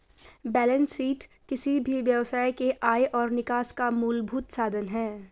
balance sheet किसी भी व्यवसाय के आय और निकास का मूलभूत साधन है